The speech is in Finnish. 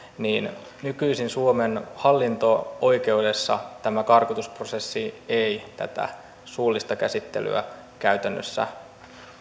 niin nykyisin suomen hallinto oikeudessa tämä karkotusprosessi ei tätä suullista käsittelyä käytännössä